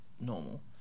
normal